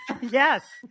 yes